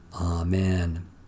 Amen